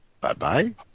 Bye-bye